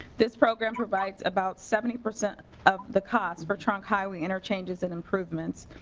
this program provides about seventy percent of the cost for trunk highway interchanges and improvements.